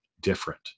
different